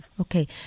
Okay